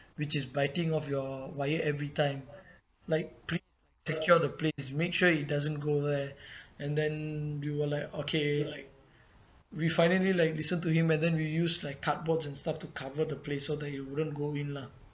which is biting off your wire every time like please secure the place make sure it doesn't go there and then we were like okay like we finally like listen to him and then we use like cardboards and stuff to cover the place so that it wouldn't go in lah